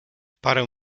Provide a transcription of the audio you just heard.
parę